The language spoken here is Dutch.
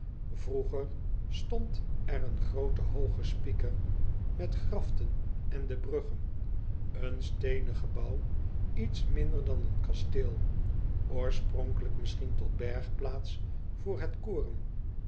roeger stond er een groote hooge spiker met grafften ende bruggen een steenen gebouw iets minder dan een kasteel oorspronkelijk misschien tot bergplaats voor het koren